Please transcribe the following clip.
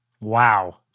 Wow